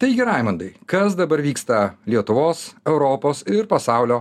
taigi raimandai kas dabar vyksta lietuvos europos ir pasaulio